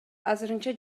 азырынча